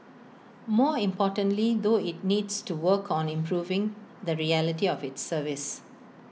more importantly though IT needs to work on improving the reality of its service